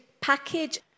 package